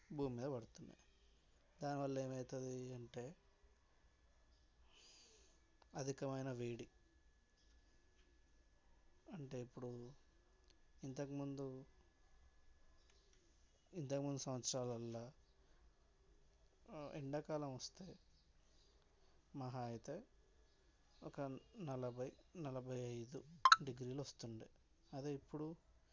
భూమి మీద పడుతున్నాయి దానివల్ల ఏమవుతది అంటే అధికమైన వేడి అంటే ఇప్పుడు ఇంతకుముందు ఇంతకుముందు సంవత్సరాలలో ఎండాకాలం వస్తే మహా అయితే ఒక నలభై నలభై ఐదు డిగ్రీలు వస్తుంటాయి అదే ఇప్పుడు